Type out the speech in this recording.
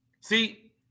See